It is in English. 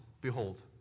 behold